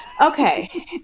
Okay